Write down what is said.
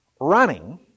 running